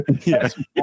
Yes